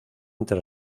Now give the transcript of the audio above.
entre